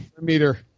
meter